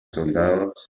soldados